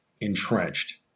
entrenched